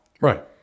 right